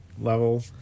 level